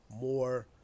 more